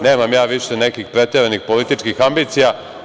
Nemam ja više nekih preteranih političkih ambicija.